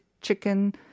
chicken